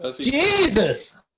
Jesus